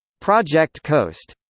project coast